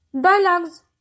dialogues